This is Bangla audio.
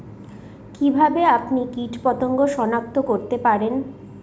কিভাবে আপনি কীটপতঙ্গ সনাক্ত করতে পারেন?